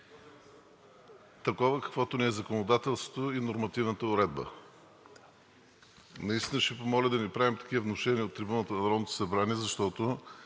такова, каквото ни е законодателството и нормативната уредба. Наистина ще помоля да не правим такива внушения от трибуната на Народното събрание, защото